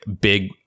big